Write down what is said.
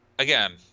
Again